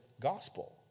gospel